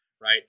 right